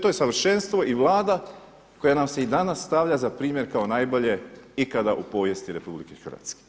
To je to savršenstvo i Vlada koja nam se i danas stavlja za primjer kao najbolje ikada u povijesti RH.